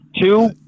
Two